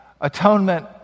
atonement